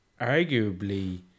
Arguably